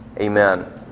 Amen